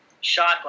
shot